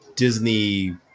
Disney